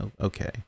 okay